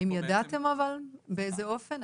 האם ידעתם אבל באיזה אופן?